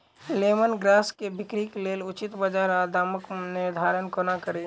Lemon grass केँ बिक्रीक लेल उचित बजार आ दामक निर्धारण कोना कड़ी?